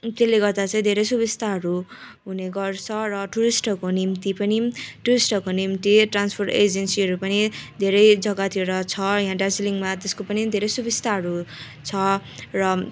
त्यसले गर्दा चाहिँ धेरै सुविस्ताहरू हुने गर्छ र टुरिस्टहरूको निम्ति पनि टुरिस्टहरूको निम्ति ट्रान्सपोर्ट एजेन्सी पनि धेरै जग्गातिर छ यहाँ दार्जिलिङमा त्यसको पनि धेरै सुविस्ताहरू छ र